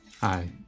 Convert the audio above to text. Hi